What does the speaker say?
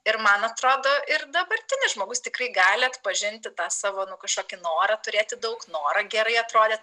ir man atrodo ir dabartinis žmogus tikrai gali atpažinti tą savo nu kažkokį norą turėti daug norą gerai atrodyt